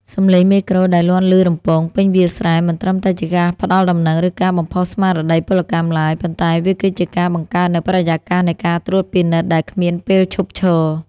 សម្លេងមេក្រូដែលលាន់ឮរំពងពេញវាលស្រែ មិនត្រឹមតែជាការផ្ដល់ដំណឹង ឬការបំផុសស្មារតីពលកម្មឡើយ ប៉ុន្តែវាគឺជាការបង្កើតនូវបរិយាកាសនៃការត្រួតពិនិត្យដែលគ្មានពេលឈប់ឈរ។